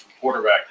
quarterback